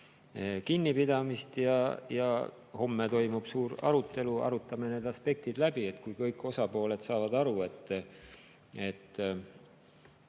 kinnipidamist. Homme toimubki suur arutelu, arutame need aspektid läbi. Kui kõik osapooled saavad aru, et ka